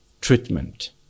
Treatment